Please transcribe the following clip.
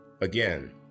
Again